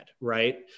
right